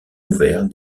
ouverts